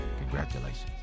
congratulations